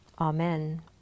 Amen